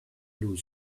blue